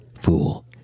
fool